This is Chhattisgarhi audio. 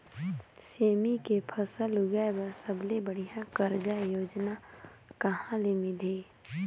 सेमी के फसल उगाई बार सबले बढ़िया कर्जा योजना कहा ले मिलही?